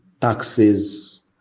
taxes